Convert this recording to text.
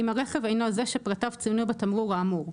אם הרכב אינו זה שפרטיו צוינו בתמרור האמור,